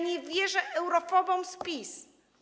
Nie wierzę eurofobom z PiS.